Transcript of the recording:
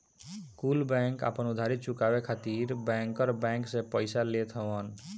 कुल बैंक आपन उधारी चुकाए खातिर बैंकर बैंक से पइसा लेत हवन